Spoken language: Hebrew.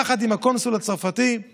יחד עם הקונסול הצרפתי הם